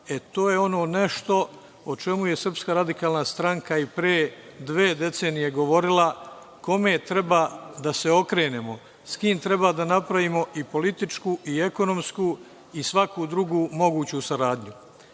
e to je ono nešto o čemu je SRS i pre dve decenije govorila, kome treba da se okrenemo, s kim treba da napravimo i političku i ekonomsku i svaku drugu moguću saradnju.